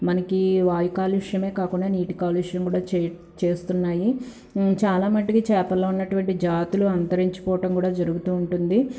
మనకి వాయు కాలుష్యమే కాకుండా నీటి కాలుష్యం కూడా చే చేస్తున్నాయి చాలా మటికి చేపల్లో ఉన్నటువంటి జాతులు అంతరించి పోవటం కూడా జరుగుతు ఉంటుంది